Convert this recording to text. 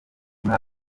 muri